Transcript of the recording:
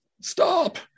Stop